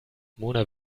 mona